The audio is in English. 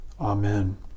Amen